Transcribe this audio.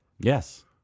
Yes